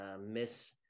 Miss